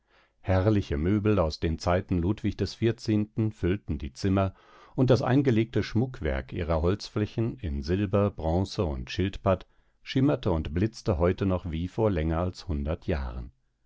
herrliche möbel aus den zeiten ludwig des vierzehnten füllten die zimmer und das eingelegte schmuckwerk ihrer holzflächen in silber bronze und schildpatt schimmerte und blitzte heute noch wie vor länger als hundert jahren